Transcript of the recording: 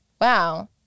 Wow